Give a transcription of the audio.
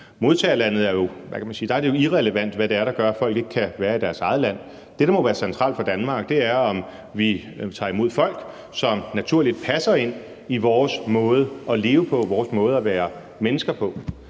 modtagerlandet er det jo irrelevant, hvad det er, der gør, at folk ikke kan være i deres eget land. Det, der må være centralt for Danmark, er, om vi tager imod folk, som naturligt passer ind i vores måde at leve på, vores måde at være mennesker på.